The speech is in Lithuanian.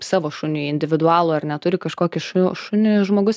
savo šuniui individualų ar ne turi kažkokį šu šuniui žmogus